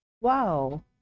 Wow